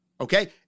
Okay